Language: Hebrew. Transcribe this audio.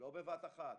לא בבת אחת,